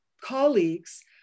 colleagues